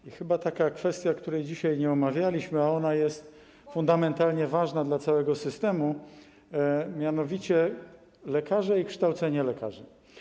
I chyba taka kwestia, której dzisiaj nie omawialiśmy, a ona jest fundamentalnie ważna dla całego systemu, mianowicie: lekarze i kształcenie lekarzy.